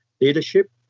leadership